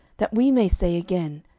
that we may say again,